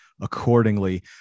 accordingly